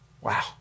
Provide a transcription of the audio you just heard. Wow